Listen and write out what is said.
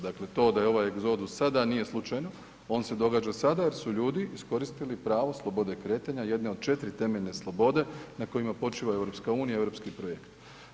Dakle to da je ovaj egzodus sada nije slučajan, on se događa sada jer su ljudi iskoristili pravo slobode kretanja, jedne od 4 temeljne slobode na kojima počiva EU-a i europski projekti.